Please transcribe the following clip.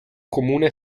comune